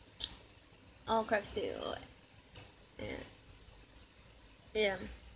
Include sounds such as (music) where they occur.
(noise) orh crab stick orh ya ya